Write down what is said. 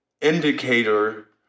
indicator